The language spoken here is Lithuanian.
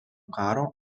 karo